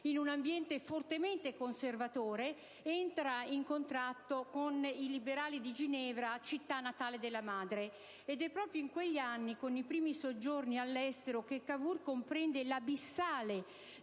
in un ambiente fortemente conservatore, entra in contatto con i liberali di Ginevra, città natale della madre. È proprio in quegli anni, con i primi soggiorni all'estero, che Cavour comprende l'abissale